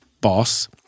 boss